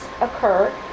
occur